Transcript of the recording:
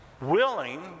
willing